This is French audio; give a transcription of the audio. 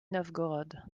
novgorod